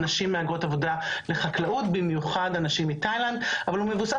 על נשים מהגרות עבודה לחקלאות במיוחד אנשים מתאילנד אבל הוא מבוסס